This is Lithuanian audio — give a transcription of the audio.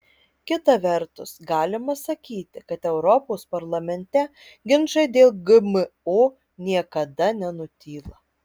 kita vertus galima sakyti kad europos parlamente ginčai dėl gmo niekada nenutyla